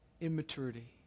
immaturity